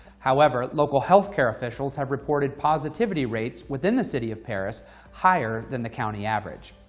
however, local health care officials have reported positivity rates within the city of perris higher than the county average.